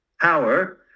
power